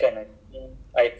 no but